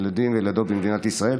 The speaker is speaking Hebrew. ילדים וילדות במדינת ישראל,